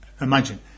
imagine